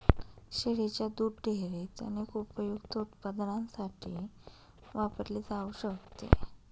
शेळीच्या दुध डेअरीत अनेक उपयुक्त उत्पादनांसाठी वापरले जाऊ शकते